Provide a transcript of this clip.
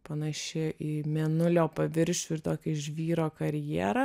panaši į mėnulio paviršių ir tokį žvyro karjerą